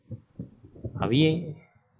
have you